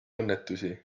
õnnetusi